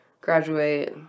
graduate